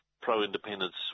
pro-independence